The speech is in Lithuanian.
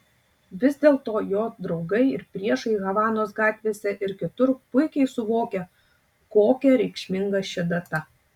vis dėlto jo draugai ir priešai havanos gatvėse ir kitur puikiai suvokia kokia reikšminga ši data